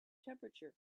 temperature